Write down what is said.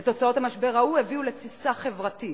ותוצאות המשבר ההוא הביאו לתסיסה חברתית,